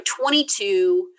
22